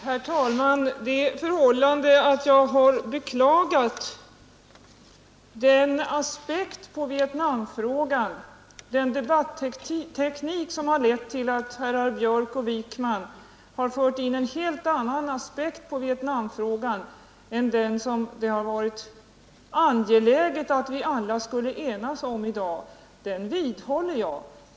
Herr talman! För det första: Jag har beklagat den debatteknik som har lett till att herrar Björck i Nässjö och Wijkman har fört in en helt annan aspekt på Vietnamfrågan än den som det har varit angeläget att vi alla skulle enas om i dag, och jag vidhåller min uppfattning på den punkten.